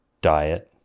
diet